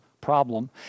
problem